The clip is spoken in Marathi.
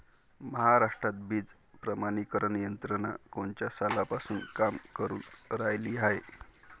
महाराष्ट्रात बीज प्रमानीकरण यंत्रना कोनच्या सालापासून काम करुन रायली हाये?